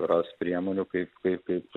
ras priemonių kaip kaip kaip